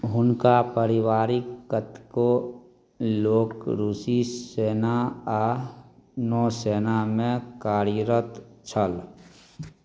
हुनका परिवारिक कतेको लोक रूसी सेना आ नौसेनामे कार्यरत छल